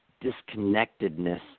disconnectedness